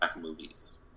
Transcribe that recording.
movies